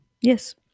Yes